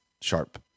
sharp